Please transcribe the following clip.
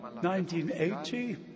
1980